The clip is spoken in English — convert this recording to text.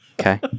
Okay